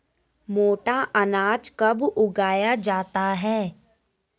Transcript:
मोटा अनाज कब उगाया जाता है?